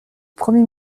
premier